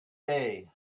day